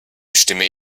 stimme